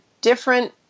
different